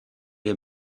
les